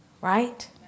Right